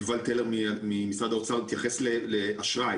יובל טלר ממשרד האוצר התייחס לאשראי,